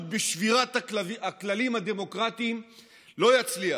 בשבירת הכללים הדמוקרטיים לא יצליח.